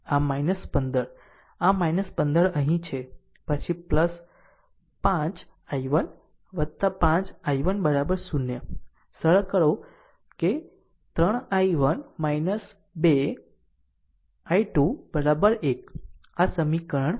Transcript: આમ 15 આમ 15 અહીં છે પછી 5 I1 5 I1 0 સરળ કરો 3 I1 2 I2 1 આ સમીકરણ 1 છે